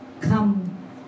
come